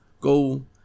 Go